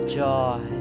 joy